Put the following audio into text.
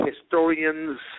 historians